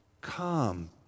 come